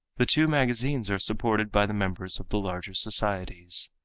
the two magazines are supported by the members of the larger societies.